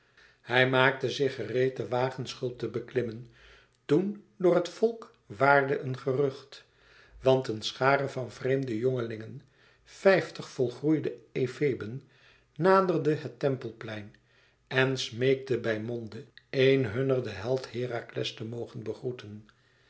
hij maakte zich gereed den wagenschulp te beklimmen toen door het volk waarde een gerucht want een schare van vreemde jongelingen vijftig volgroeide efeben naderde het tempelplein en smeekte bij monde éen hunner den held herakles te mogen begroeten